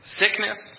sickness